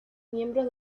miembros